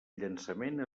llançament